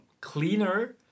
Cleaner